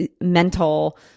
Mental